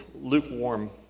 lukewarm